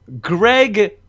Greg